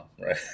right